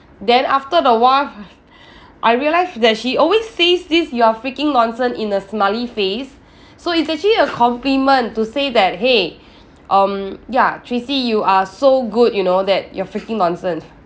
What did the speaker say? then after the while I realised that she always says this you're freaking nonsense in a smiley face so it's actually a compliment to say that !hey! um ya tracy you are so good you know that you're freaking nonsense